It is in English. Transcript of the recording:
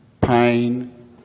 pain